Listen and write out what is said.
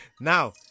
Now